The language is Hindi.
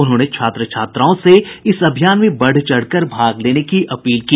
उन्होंने छात्र छात्राओं से इस अभियान में बढ़ चढ़कर भाग लेने की अपील की